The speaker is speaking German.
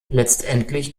letztendlich